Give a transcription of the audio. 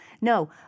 No